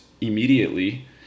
immediately